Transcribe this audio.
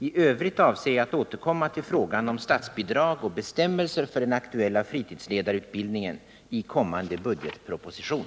I övrigt avser jag att återkomma till frågan om statsbidrag och bestämmelser för den aktuella fritidsledarutbildningen i kommande budgetproposition.